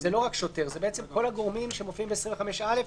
אלא כל הגורמים שמופיעים ב-25(א),